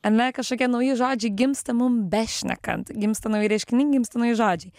ane kažkokie nauji žodžiai gimsta mum bešnekant gimsta nauji reiškiniai gimsta nauji žodžiai